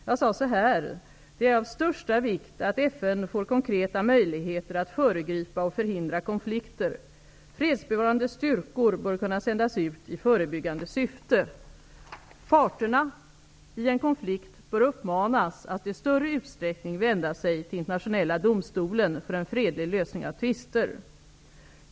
Jag sade så här: ''Det är av största vikt att FN får konkreta möjligheter att föregripa och förhindra konflikter. Fredsbevarande styrkor bör kunna sändas ut i förebyggande syfte. Parterna i en konflikt bör uppmanas att i större utsträckning vända sig till Internationella domstolen för en fredlig lösning av tvister.